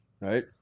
Right